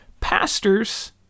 pastors